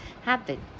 happen